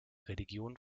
religion